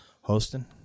hosting